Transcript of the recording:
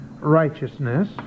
righteousness